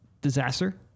disaster